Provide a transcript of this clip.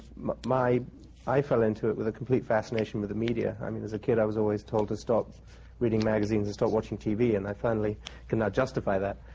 i fell into it with a complete fascination with the media. i mean, as a kid i was always told to stop reading magazines and stop watching tv. and i finally can now justify that.